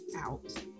out